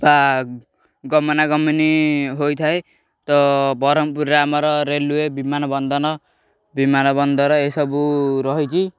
ବା ଗମନାଗମନ ହୋଇଥାଏ ତ ବରହମପୁରରେ ଆମର ରେଲୱେ ବିମାନ ବନ୍ଦର ବିମାନ ବନ୍ଦର ଏସବୁ ରହିଛି